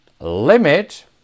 limit